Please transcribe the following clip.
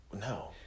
No